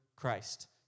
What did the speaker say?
Christ